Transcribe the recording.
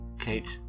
Kate